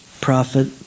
Prophet